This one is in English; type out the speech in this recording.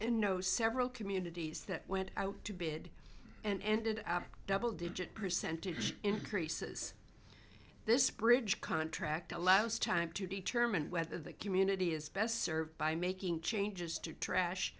and know several communities that went out to bid and ended up double digit percentage increases this bridge contract allows time to determine whether the community is best served by making changes to trash